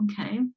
okay